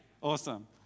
Awesome